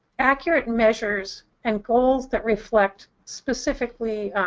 accurate measures and goals that reflect specifically